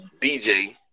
BJ